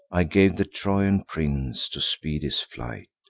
i gave the trojan prince, to speed his flight.